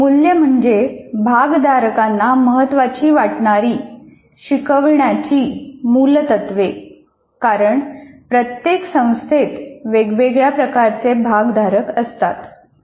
मूल्य म्हणजे भागधारकांना महत्त्वाची वाटणारी शिकवण्याची मुलतत्वे कारण प्रत्येक संस्थेत वेगवेगळ्या प्रकारचे भागधारक असतात